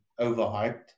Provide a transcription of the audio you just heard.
overhyped